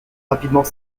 rapidement